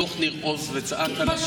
זה לא שהוא פגש אותו בתוך ניר עוז וצעק עליו.